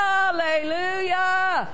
Hallelujah